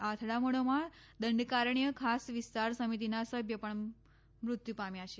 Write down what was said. આ અથડામણોમાં દંડકારણ્ય ખાસ વિસ્તાર સમિતિના સભ્ય પણ મૃત્યુ પામ્યા છે